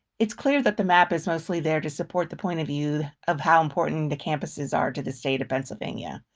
it's clear that the map is mostly there to support the point of view of how important the campuses are to the state of pennsylvania.